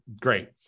Great